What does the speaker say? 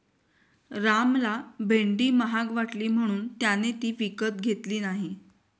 रामला भेंडी महाग वाटली म्हणून त्याने ती विकत घेतली नाही